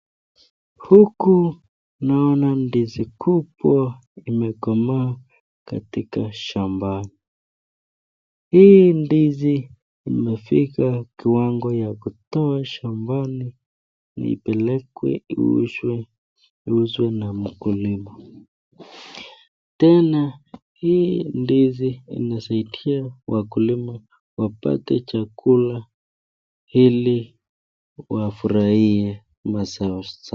Huku naona ndizi kubwa imekomaa katika shamba. Hii ndizi imefika kiwango ya kutoa shambani ipelekwe iuzwe na mkulima. Tena hii ndizi inasaidia mkulima inasaidia wakulima wapate chakula ili wafurahie mazao zao.